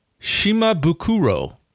Shimabukuro